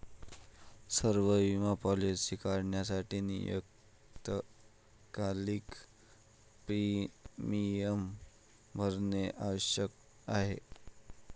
सर्व बिमा पॉलीसी धारकांसाठी नियतकालिक प्रीमियम भरणे आवश्यक आहे